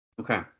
Okay